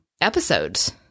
episodes